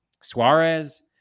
Suarez